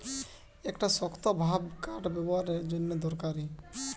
একটা শক্তভাব কাঠ ব্যাবোহারের জন্যে দরকারি